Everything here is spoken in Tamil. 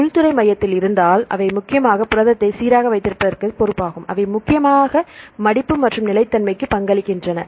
உள்துறை மையத்தில் இருந்தால் அவை முக்கியமாக புரதத்தை சீராக வைத்திருப்பதற்கு பொறுப்பாகும் அவை முக்கியமாக மடிப்பு மற்றும் நிலைத்தன்மைக்கு பங்களிக்கின்றன